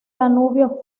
danubio